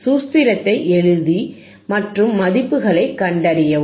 சூத்திரத்தை எழுதி மற்றும் மதிப்புகளைக் கண்டறியவும்